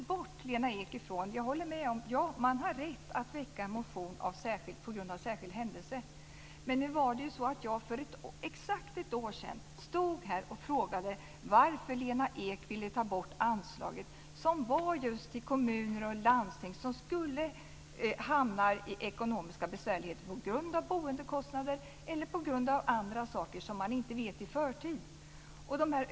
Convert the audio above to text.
Jag håller med om att man har rätt att väcka en motion på grund av särskild händelse. Men för exakt ett år sedan stod jag här och frågade varför Lena Ek ville ta bort anslaget till kommuner och landsting som skulle hamna i ekonomiska besvärligheter på grund av boendekostnader eller på grund av annat som man inte kan veta i förtid.